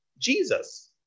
Jesus